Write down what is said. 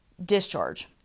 discharge